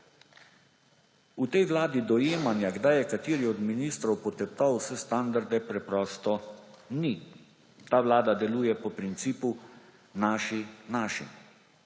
V tej vladi dojemanja, kdaj je kateri od ministrov poteptal vse standarde, preprosto ni. Ta vlada deluje po principu Naši našim.